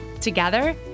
Together